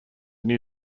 new